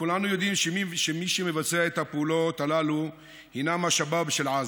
כולנו יודעים שמי שמבצעים את הפעולות הללו הינם השבאב של עזה,